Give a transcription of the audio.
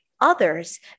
others